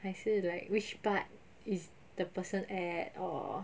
还是 like which part is the person at or